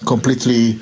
Completely